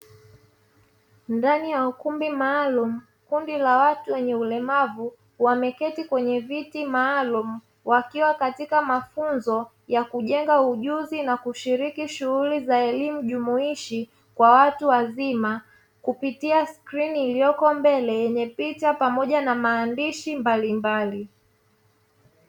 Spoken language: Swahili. Ndani ya ukumbi maalumu kundi la watu wenye ulemavu wameketi kwenye viti maalumu wakiwa katika mafunzo ya kujengwa ujuzi na kishiriki shughuli za elimu jumuishi kwa watu wazima, kupitia skrini iliyoko mbele yenye picha pamoja na maandishi mbalimbali.